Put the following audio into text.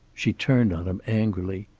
she turned on him angrily.